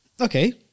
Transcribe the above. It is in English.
Okay